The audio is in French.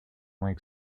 moins